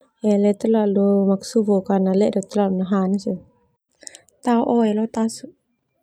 Hele talalu makasufuk karena ledo talalu nahanan seli, tao oe lo tasu.